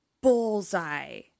bullseye